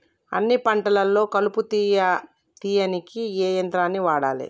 అన్ని పంటలలో కలుపు తీయనీకి ఏ యంత్రాన్ని వాడాలే?